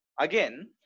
Again